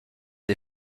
des